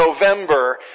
November